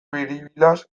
biribilaz